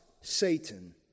Satan